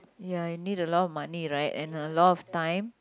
ya I need a lot of money right and a lot of time